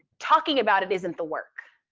talking about it isn't the work.